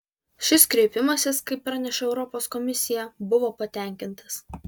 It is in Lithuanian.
šis kreipimasis kaip praneša europos komisija buvo patenkintas